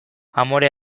amore